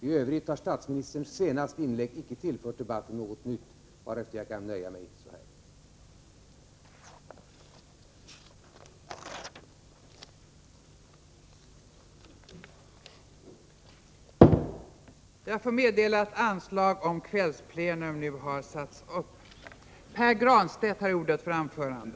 I övrigt har statsministerns senaste inlägg icke tillfört debatten något nytt, varför jag kan nöja mig med det anförda.